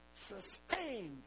sustained